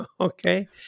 Okay